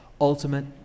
ultimate